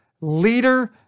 leader